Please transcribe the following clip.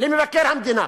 למבקר המדינה.